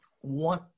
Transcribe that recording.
one